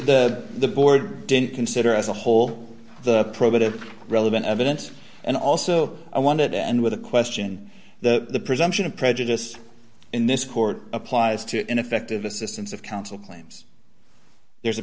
the the board didn't consider as a whole the probative relevant evidence and also i wanted and with a question the presumption of prejudice in this court applies to ineffective assistance of counsel claims there's a